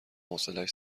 حوصلش